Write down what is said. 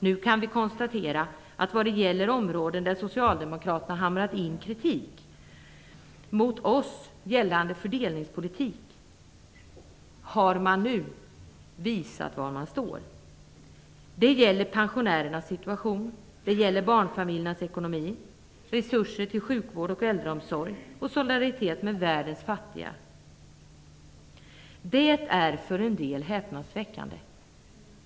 Nu kan vi konstatera att man, på områden där Socialdemokraterna hamrat in kritik mot oss gällande fördelningspolitik, har visat var man står. Det gäller pensionärernas situation, barnfamiljernas ekonomi, resurser till sjukvård och äldreomsorg samt solidaritet med världens fattiga. Det är för en del häpnadsväckande.